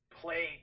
play